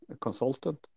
consultant